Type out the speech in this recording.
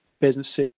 businesses